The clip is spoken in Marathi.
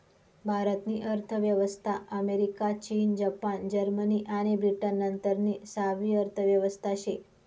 भारत नी अर्थव्यवस्था अमेरिका, चीन, जपान, जर्मनी आणि ब्रिटन नंतरनी सहावी अर्थव्यवस्था शे